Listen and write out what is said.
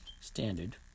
standard